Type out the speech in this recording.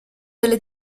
delle